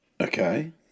Okay